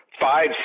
Five